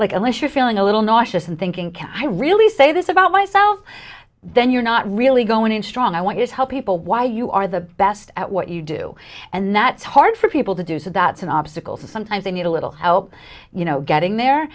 like unless you're feeling a little nauseous and thinking can i really say this about myself then you're not really going strong i want to tell people why you are the best at what you do and that's hard for people to do so that's an obstacle sometimes they need a little help you know getting there